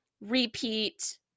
repeat